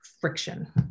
friction